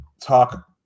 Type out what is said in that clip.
talk